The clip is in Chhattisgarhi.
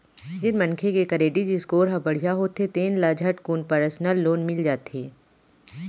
जेन मनखे के करेडिट स्कोर ह बड़िहा होथे तेन ल झटकुन परसनल लोन मिल जाथे